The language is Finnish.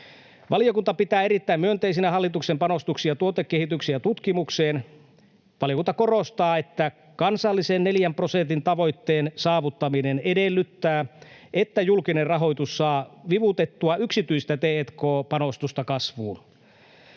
Valiokunta pitää erittäin myönteisinä hallituksena panostuksia tuotekehityksen ja tutkimukseen. Valiokunta korostaa, että kansallisen 4 prosentin tavoitteen saavuttaminen edellyttää, että julkinen rahoitus saa vivutettua yksityistä t&k-panostusta kasvuun.